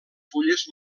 fulles